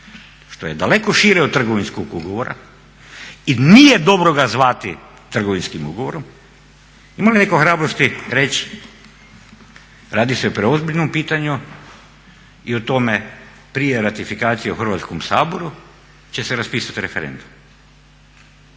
što je daleko šire od trgovinskog ugovora i nije dobro ga zvati trgovinskim ugovorom? Ima li netko hrabrosti reći radi se o preozbiljnom pitanju i o tome prije ratifikacije u Hrvatskom saboru će se raspisati referendum?